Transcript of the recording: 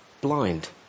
blind